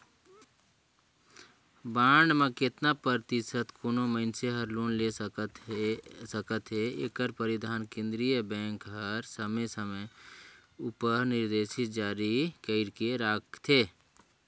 bond में केतना परतिसत कोनो मइनसे हर लोन ले सकत अहे एकर निरधारन केन्द्रीय बेंक हर समे समे उपर निरदेस जारी कइर के रखथे